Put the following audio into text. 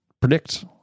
predict